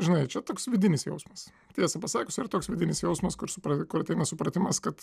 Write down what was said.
žinai čia toks vidinis jausmas tiesą pasakius yra toks vidinis jausmas kur supran kur ateina supratimas kad